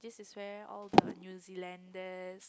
this is where all the New Zealander